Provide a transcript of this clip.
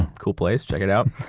cool place, check it out.